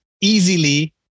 easily